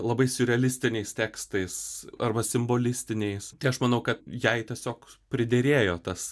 labai siurrealistiniais tekstais arba simbolistiniais tai aš manau kad jai tiesiog priderėjo tas